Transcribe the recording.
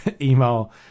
email